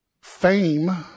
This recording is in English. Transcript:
fame